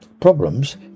Problems